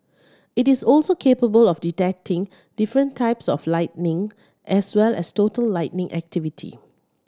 it is also capable of detecting different types of lightning as well as total lightning activity